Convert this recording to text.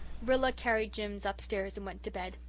rilla carried jims upstairs and went to bed,